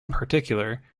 particular